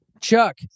Chuck